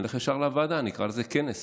נלך ישר לוועדה, נקרא לזה כנס